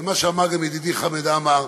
זה מה שאמר ידידי חמד עמאר,